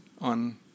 on